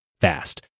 fast